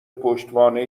پشتوانه